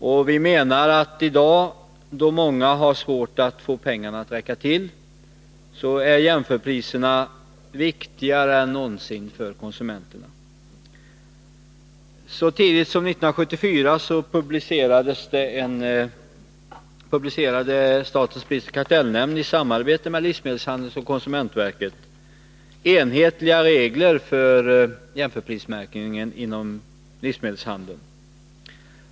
Vi menar att jämförpriserna i dag, då många har svårt att få pengarna att räcka till, är viktigare än någonsin för konsumenterna. Så tidigt som 1974 publicerade statens prisoch kartellnämnd i samarbete med livsmedelshandeln och konsumentverket enhetliga regler för jämförprismärkningen inom livsmedelshandeln.